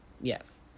Yes